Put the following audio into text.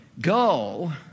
go